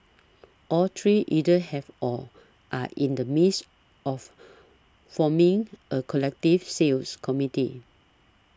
all three either have or are in the midst of forming a collective sales committee